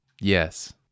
Yes